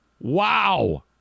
Wow